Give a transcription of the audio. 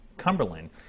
Cumberland